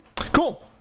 Cool